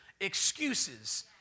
excuses